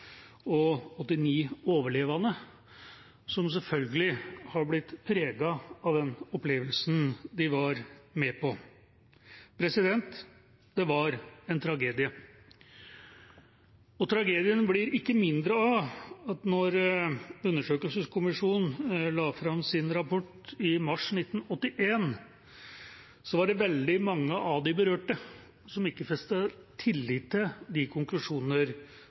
89 overlevende, som selvfølgelig har blitt preget av den opplevelsen de var med på. Det var en tragedie. Tragedien blir ikke mindre av at da undersøkelseskommisjonen la fram sin rapport i mars 1981, var det veldig mange av de berørte som ikke festet tillit til de